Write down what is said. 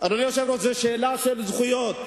אדוני היושב-ראש, זו שאלה של זכויות.